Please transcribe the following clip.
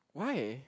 why